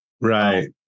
Right